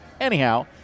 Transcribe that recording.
anyhow